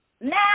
Now